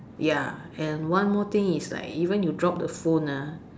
ya and one more thing is like even you drop the phone ah